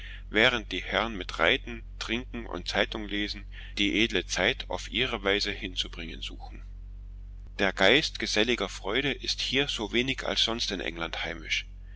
während die herren mit reiten trinken und zeitungslesen die edle zeit auf ihre weise hinzubringen suchen der geist geselliger freude ist hier so wenig als sonst in england heimisch